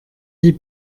dix